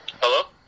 Hello